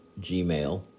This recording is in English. gmail